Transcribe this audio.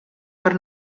per